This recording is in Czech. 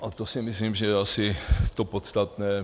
A to si myslím, že je asi to podstatné.